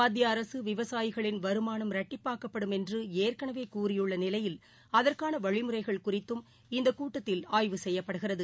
மத்திய அரசுவிவசாயிகளின் வருமானம் இரட்டிப்பாக்கப்படும் என்றுஏற்கனவேகூறியுள்ளநிலையில் அதற்கானவழிமுறைகள் குறித்தும் இந்தகூட்டத்தில் ஆய்வு செய்யப்படுகிறது